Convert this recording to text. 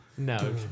No